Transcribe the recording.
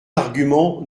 argument